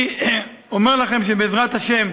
אני אומר לכם שבעזרת השם,